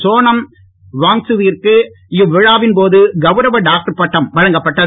சோனம் வாங்கக் கிற்கு இவ்விழாவின் போது கவுரவ டாக்டர் பட்டம் வழங்கப்பட்டது